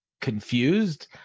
confused